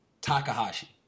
Takahashi